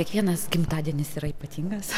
kiekvienas gimtadienis yra ypatingas